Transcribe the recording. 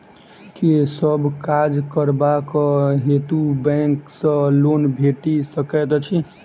केँ सब काज करबाक हेतु बैंक सँ लोन भेटि सकैत अछि?